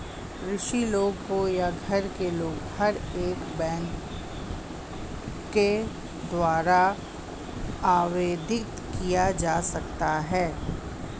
कृषि लोन हो या घर का लोन हर एक बैंक के द्वारा आवेदित किया जा सकता है